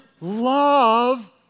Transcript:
love